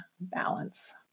balance